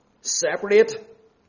separate